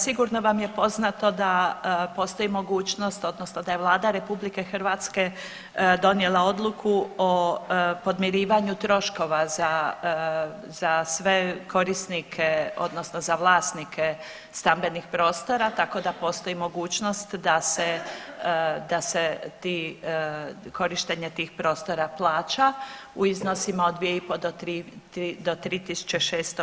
Sigurno vam je poznato da postoji mogućnost odnosno da je Vlada RH donijela odluku o podmirivanju troškova za sve, za sve korisnike odnosno za vlasnike stambenih prostora tako da postoji mogućnost da se, da se ti korištenje tih prostora plaća u iznosima od 2,5 do 3.600 kuna.